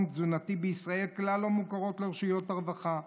תזונתי בישראל כלל לא מוכרות לרשויות הרווחה,